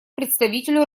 представителю